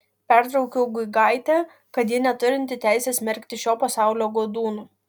pertraukiau guigaitę kad ji neturinti teisės smerkti šio pasaulio godūnų